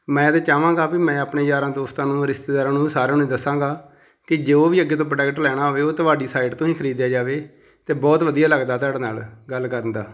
ਮੈਂ ਤਾਂ ਚਾਹਾਂਗਾ ਵੀ ਮੈਂ ਆਪਣੇ ਯਾਰਾਂ ਦੋਸਤਾਂ ਨੂੰ ਰਿਸ਼ਤੇਦਾਰਾਂ ਨੂੰ ਵੀ ਸਾਰਿਆਂ ਨੂੰ ਦੱਸਾਂਗਾ ਕਿ ਜੋ ਵੀ ਅੱਗੇ ਤੋਂ ਪ੍ਰੋਡਕਟ ਲੈਣਾ ਹੋਵੇ ਉਹ ਤੁਹਾਡੀ ਸਾਈਟ ਤੋਂ ਹੀ ਖਰੀਦਿਆ ਜਾਵੇ ਅਤੇ ਬਹੁਤ ਵਧੀਆ ਲੱਗਦਾ ਤੁਹਾਡੇ ਨਾਲ ਗੱਲ ਕਰਨ ਦਾ